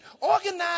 Organize